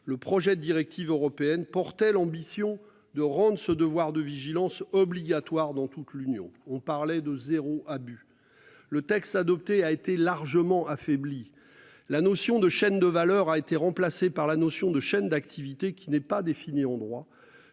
Le projet de directive européenne portait l'ambition, de rendre ce devoir de vigilance obligatoire dans toute l'Union. On parlait de 0 abus. Le texte adopté a été largement affaibli la notion de chaîne de valeur a été remplacée par la notion de chaînes d'activités qui n'est pas définie en droit,